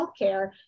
healthcare